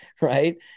right